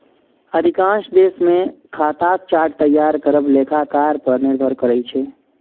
अधिकांश देश मे खाताक चार्ट तैयार करब लेखाकार पर निर्भर करै छै